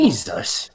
Jesus